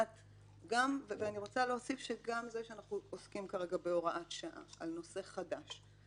אני רוצה להוסיף שגם זה שאנחנו עוסקים כרגע בהוראת שעה על נושא חדש,